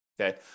Okay